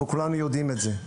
וכולנו יודעים את זה,